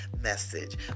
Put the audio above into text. message